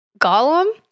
golem